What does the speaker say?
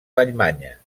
vallmanya